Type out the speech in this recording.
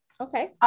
Okay